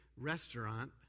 restaurant